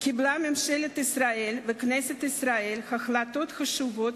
קיבלו ממשלת ישראל וכנסת ישראל החלטות חשובות